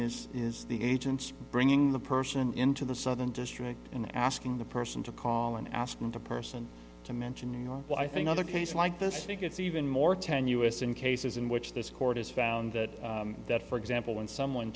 is is the agents bringing the person into the southern district in asking the person to call and ask them to person to mention new york but i think other cases like this i think it's even more tenuous in cases in which this court has found that that for example when someone